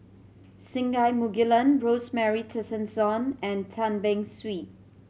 Singai Mukilan Rosemary Tessensohn and Tan Beng Swee